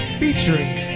featuring